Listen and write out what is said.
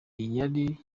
yari